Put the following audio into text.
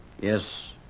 Yes